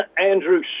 Andrew